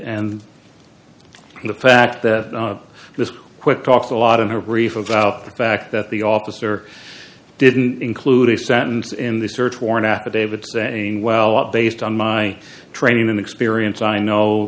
and the fact that this quick talks a lot of her grief about the fact that the officer didn't include a sentence in the search warrant affidavit saying well a lot based on my training and experience i know